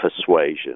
persuasion